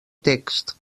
text